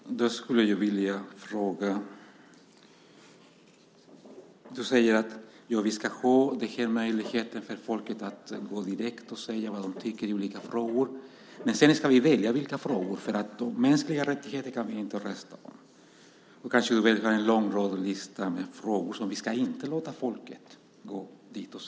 Fru talman! Jag skulle vilja ställa en fråga. Du säger: Vi ska ha den här möjligheten för folket att gå direkt och säga vad det tycker i olika frågor, men sedan ska vi välja vilka frågor det ska vara. Mänskliga rättigheter kan vi inte rösta om. Du kanske vill ha en lång lista med frågor som vi inte ska låta folket säga sitt om.